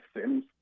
Sims